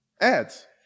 Ads